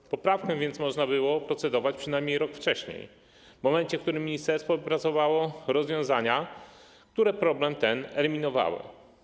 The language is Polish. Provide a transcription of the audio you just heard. Nad poprawką więc można było procedować przynajmniej rok wcześniej, w momencie, w którym ministerstwo opracowało rozwiązania, które problem ten eliminowały.